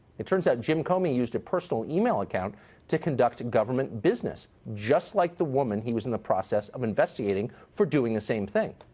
it turns out jim comey used a personal email account to conduct government business, just like the woman he was in the process of investigating for doing the same thing.